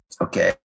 okay